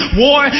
war